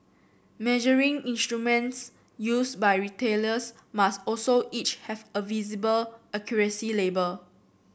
measuring instruments used by retailers must also each have a visible accuracy label